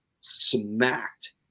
smacked